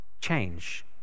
change